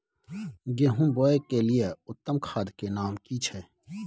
गेहूं बोअ के लिये उत्तम खाद के नाम की छै?